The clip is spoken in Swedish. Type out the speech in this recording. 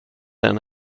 den